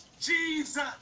Jesus